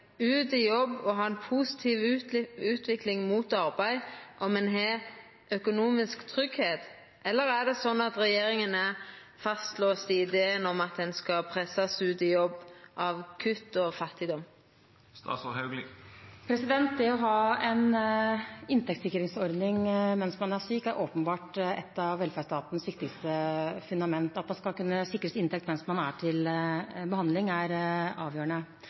ut i jobb og ha ei positiv utvikling mot arbeid om ein har økonomisk tryggleik, eller er det slik at regjeringa er fastlåst i ideen om at ein skal pressast ut i jobb av kutt og fattigdom? Det å ha en inntektssikringsordning mens man er syk er åpenbart et av velferdsstatens viktigste fundament. At man skal kunne sikres inntekt mens man er til behandling, er avgjørende.